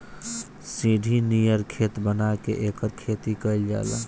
सीढ़ी नियर खेत बना के एकर खेती कइल जाला